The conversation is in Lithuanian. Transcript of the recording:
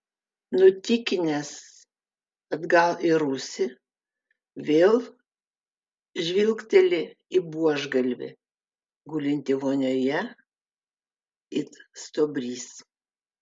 nutykinęs atgal į rūsį vėl žvilgteli į buožgalvį gulintį vonioje it stuobrys